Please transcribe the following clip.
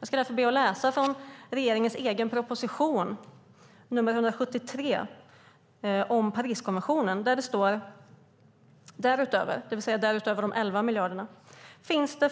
Jag ska be att få läsa från regeringens egen proposition 2009/10:173 om Pariskonventionen, där det står att utöver de 11 miljarderna "finns det